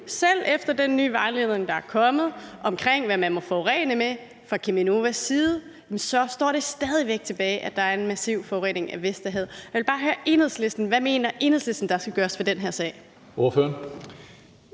selv efter den nye vejledning, der er kommet, omkring, hvad man må forurene med fra Cheminovas side, står det stadig væk tilbage, at der er en massiv forurening af Vesterhavet. Jeg vil bare høre Enhedslisten: Hvad mener Enhedslisten der skal gøres ved den her sag?